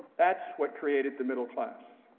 that's what created the middle class.